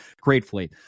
gratefully